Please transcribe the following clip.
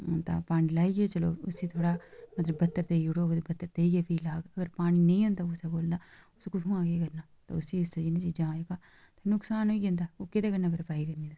तां पानी लाइयै चलग उसी थोह्ड़ा मतलब बत्तर देई ओड़ग बत्तर देइयै फ्ही लाह्ग पर पानी नेईं होंदा कुसै कोल तां उस कुत्थुआं केह् करना उसी इ'नें चीजें दा नुक्सन होई जंदादा ओह् कैह्दे कन्नै बरपाई करनी